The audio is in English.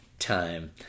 time